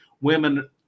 women